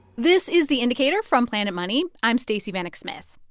this is the indicator from planet money. i'm stacey vanek smith.